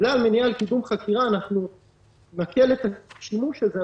בגלל מניעה לקידום חקירה אנחנו נקל בשימוש בזה,